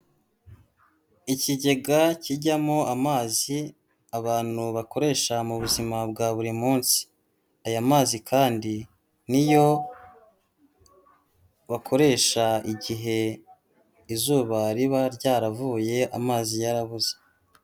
Ikigega kijyamo amazi abantu bakoresha mu buzima bwa buri munsi. Aya mazi kandi ni yo bakoresha igihe izuba riba ryaravuye amazi yarabuze.